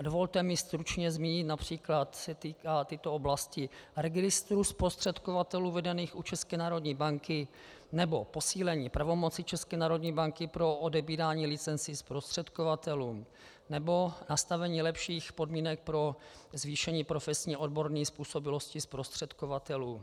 Dovolte mi stručně zmínit, například co se týká tyto oblasti registrů zprostředkovatelů vedených u České národní banky, nebo posílení pravomocí České národní banky pro odebírání licencí zprostředkovatelům, nebo nastavení lepších podmínek pro zvýšení profesně odborné způsobilosti zprostředkovatelů.